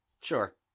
Sure